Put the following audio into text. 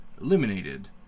eliminated